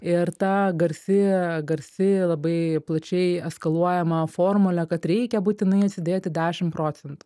ir ta garsi garsi labai plačiai eskaluojama formulė kad reikia būtinai atsidėti dešim procentų